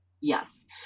Yes